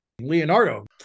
Leonardo